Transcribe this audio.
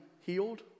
healed